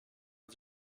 und